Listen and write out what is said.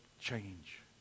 change